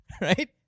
right